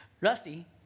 Rusty